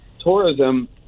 Tourism